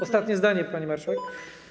Ostatnie zdanie, pani marszałek.